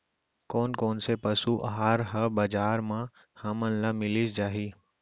कोन कोन से पसु आहार ह बजार म हमन ल मिलिस जाही?